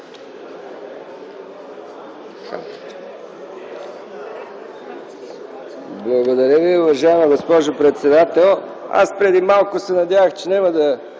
Благодаря Ви. Уважаема госпожо председател, аз преди малко се надявах, че няма да